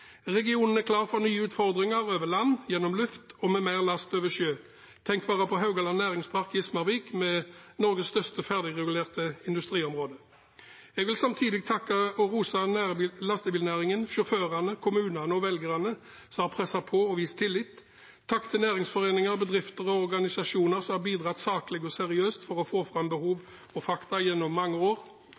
Regionen er klar for nye utfordringer over land, gjennom luft og med mer last over sjø. Tenk bare på Haugaland Næringspark Gismarvik, med Norges største ferdigregulerte industriområde. Jeg vil samtidig takke og rose lastebilnæringen, sjåførene, kommunene og velgerne som har presset på og vist tillit. Takk til næringsforeninger, bedrifter og organisasjoner som har bidratt saklig og seriøst for å få fram behov og fakta gjennom mange år.